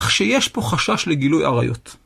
אך שיש פה חשש לגילוי עריות.